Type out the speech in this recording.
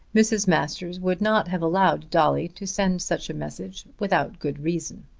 mrs. masters would not have allowed dolly to send such a message without good reason.